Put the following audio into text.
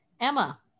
Emma